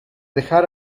dejar